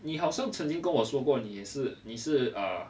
你好像曾经跟我说过你也是你是 uh